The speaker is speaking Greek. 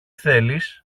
θέλεις